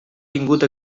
vingut